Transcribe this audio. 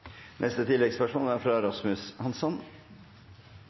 Neste oppfølgingsspørsmål er fra